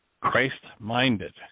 Christ-minded